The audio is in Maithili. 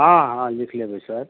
हँ हँ लिख लेबै सर